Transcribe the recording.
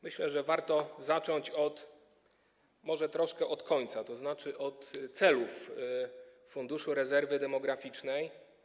Myślę, że warto zacząć może troszkę od końca, tzn. od celów Funduszu Rezerwy Demograficznej.